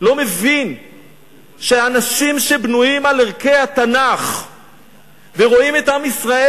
לא מבין שאנשים שבנויים על ערכי התנ"ך ורואים את עם ישראל,